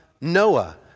Noah